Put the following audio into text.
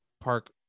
Park